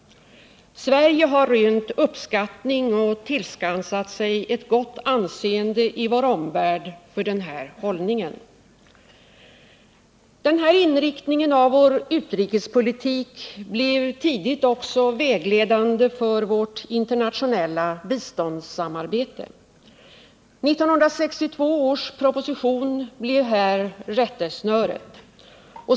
Sverige har rönt uppskattning och tillskansat sig ett gott anseende i vår omvärld för denna hållning. Denna inriktning av vår utrikespolitik blev tidigt också vägledande för vårt internationella biståndssamarbete. 1962 års proposition blev här ett rättesnöre.